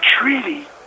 treaty